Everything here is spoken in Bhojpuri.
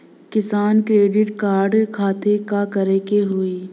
किसान क्रेडिट कार्ड खातिर का करे के होई?